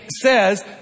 says